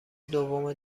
دوم